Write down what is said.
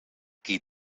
qui